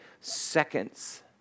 seconds